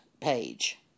page